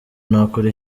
nakora